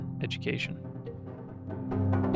education